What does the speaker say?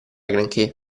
granché